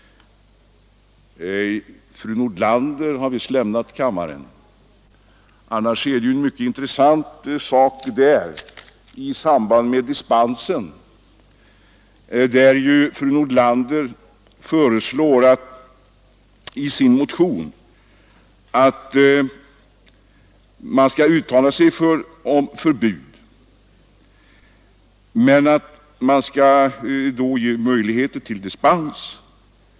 Fru Nordlander har visst lämnat kammaren. Det finns en mycket intressant sak i hennes motion. Fru Nordlander föreslår att riksdagen skall uttala sig för ett förbud men att man skall ge möjligheter till dispens.